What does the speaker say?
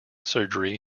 surgery